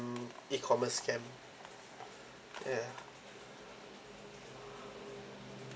E_commerce scam ya